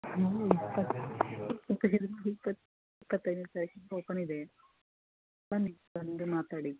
ಇಪ್ಪತ್ತು ಇಪ್ಪತೈದು ಇಪ್ಪತ್ತು ಇಪ್ಪತೈದನೇ ತಾರೀಖಿಗೆ ಓಪನ್ ಇದೆ ಬನ್ನಿ ಬಂದು ಮಾತಾಡಿ